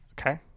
Okay